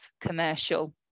commercial